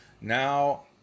Now